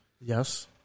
Yes